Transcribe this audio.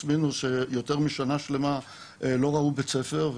מינוס שיותר משנה שלמה לא ראו בית ספר,